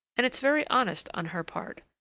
and it's very honest on her part.